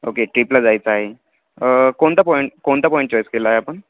okay ट्रीपला जायचं आहे कोणता पॉईंट कोणता पॉईंट चॉईस केला आहे आपण